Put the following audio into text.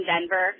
Denver